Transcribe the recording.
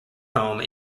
home